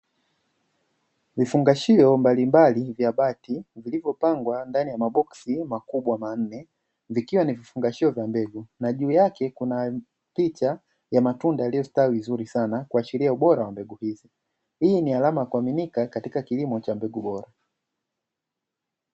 Vifungashio mbalimbali vya bati, vilivyopangwa ndani ya maboksi makubwa manne, vikiwa ni vifungashio vya mbegu. Na juu yake kuna picha ya matunda yaliyostawi sana, kuashiria ubora wa mbegu hizo. Hii ni alama ya kuaminika katika kilimo cha mbegu bora.